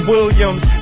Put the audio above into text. Williams